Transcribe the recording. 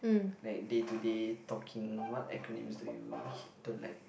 like day to day talking what acronyms do you hit don't like